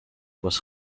was